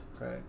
Right